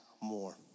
more